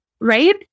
right